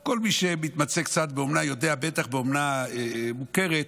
כל מי שמתמצא קצת באומנה, בטח באומנה מוכרת,